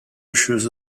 issues